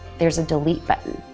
there's a delete button,